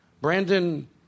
Brandon